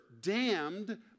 damned